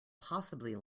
possibly